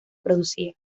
producía